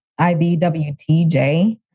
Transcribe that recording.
IBWTJ